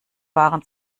waren